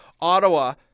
Ottawa